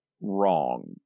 wrong